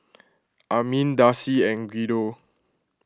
Armin Darcy and Guido